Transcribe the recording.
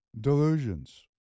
Delusions